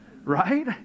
right